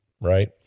right